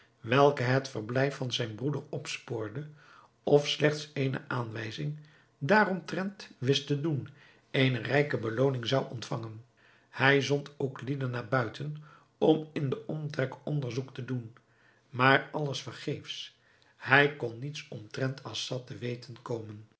welke het verblijf van zijn broeder opspoorde of slechts eene aanwijzing daaromtrent wist te doen eene rijke belooning zou ontvangen hij zond ook lieden naar buiten om in den omtrek onderzoek te doen maar alles te vergeefs hij kon niets omtrent assad te weten komen